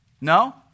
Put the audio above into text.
no